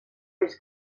reis